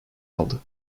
aldı